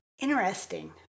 interesting